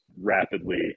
rapidly